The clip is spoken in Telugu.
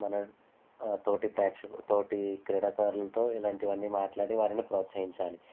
మన తోటి ప్రేక్షకు తోటి క్రీడాకారులతో ఇలాంటివన్నీ మాట్లాడి వారిని ప్రోత్సహించాలి